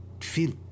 feel